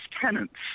tenants